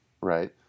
right